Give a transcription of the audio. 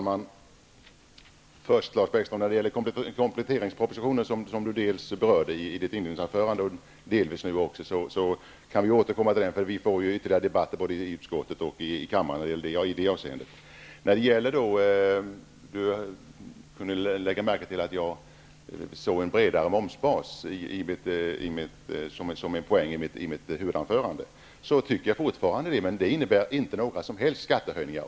Herr talman! När det gäller kompletteringspropositionen som Lars Bäckström berörde i sitt inledningsanförande och delvis också nu, kan vi återkomma till den. Vi kommer ju att få ytterligare debatter om den både i utskottet och i kammaren. Jag såg i mitt huvudanförande en bredare momsbas som en poäng, och så tycker jag fortfarande. Men det innebär inte några som helst skattehöjningar.